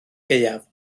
gaeaf